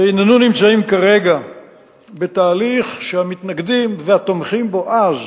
והננו נמצאים כרגע בתהליך שהמתנגדים לו והתומכים בו אז,